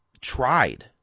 tried